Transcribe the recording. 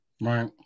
Right